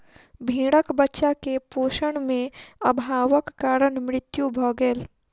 भेड़क बच्चा के पोषण में अभावक कारण मृत्यु भ गेल